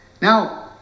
now